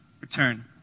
return